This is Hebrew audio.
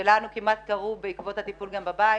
שלנו כמעט קרו בעקבות הטיפול בבית.